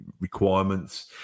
requirements